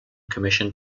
commission